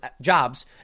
jobs